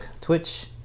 twitch